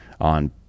on